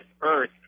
Earth